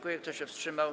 Kto się wstrzymał?